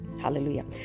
Hallelujah